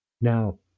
Now